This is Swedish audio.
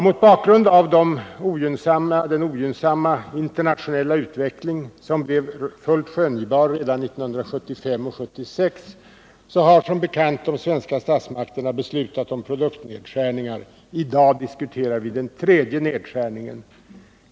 Mot bakgrund av den ogynnsamma internationella utvecklingen, som blev fullt skönjbar redan åren 1975-1976, har som bekant de svenska statsmakterna beslutat om nedskärningar. I dag diskuterar vi den tredje nedskärningen.